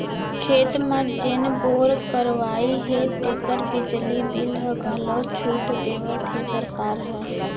खेत म जेन बोर करवाए हे तेकर बिजली बिल म घलौ छूट देवत हे सरकार ह